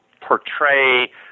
portray